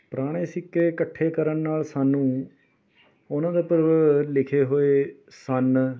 ਪੁਰਾਣੇ ਸਿੱਕੇ ਇਕੱਠੇ ਕਰਨ ਨਾਲ ਸਾਨੂੰ ਉਨ੍ਹਾਂ ਦੇ ਉੱਪਰ ਲਿਖੇ ਹੋਏ ਸੰਨ